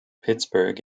pittsburgh